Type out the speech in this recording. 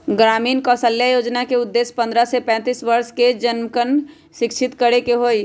ग्रामीण कौशल्या योजना के उद्देश्य पन्द्रह से पैंतीस वर्ष के जमनकन के शिक्षित करे के हई